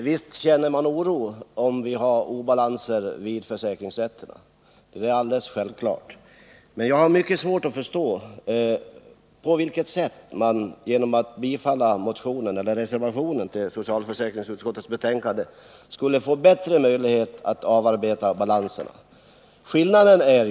Herr talman! Det är självklart att obalanserna vid våra försäkringsrätter skapar oro. Men jag har mycket svårt att förstå på vilket sätt ett bifall till reservationen skulle innebära bättre möjligheter när det gäller att avarbeta dessa målbalanser.